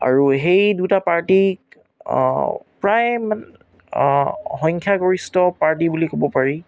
আৰু সেই দুটা পাৰ্টীক প্ৰায় মানে সংখ্যাগৰিষ্ঠ পাৰ্টী বুলি ক'ব পাৰি